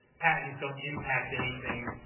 patents don't impact anything.